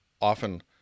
often